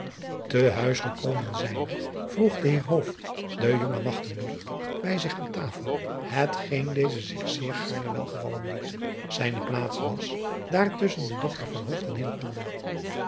e huis gekomen zijnde vroeg de eer den jongen bij zich aan tafel hetgeen deze zich zeer gaarne welgevallen liet zijne plaats was daar tusschen de dochter van en